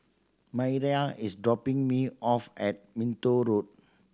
Mayra is dropping me off at Minto Road